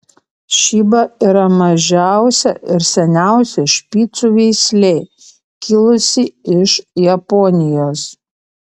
šiba yra mažiausia ir seniausia špicų veislė kilusi iš japonijos